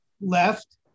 left